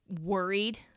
worried